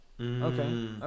Okay